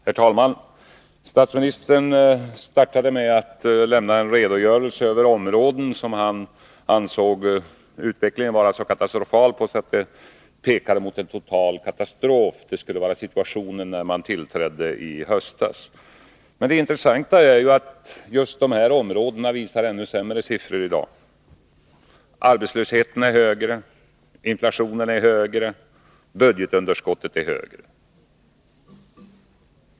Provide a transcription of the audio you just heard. Herr talman! Statsministern startade med att lämna en redogörelse över områden där han ansåg att situationen och utvecklingen — då den socialdemokratiska regeringen tillträdde i höstas — var sådana att det pekade mot total katastrof. Det intressanta är att just dessa områden visar ännu sämre siffror i dag. Arbetslösheten är högre, inflationen är högre och budgetunderskottet är högre.